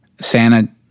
Santa